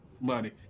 money